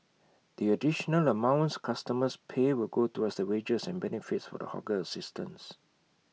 the additional amounts customers pay will go towards the wages and benefits for the hawker assistants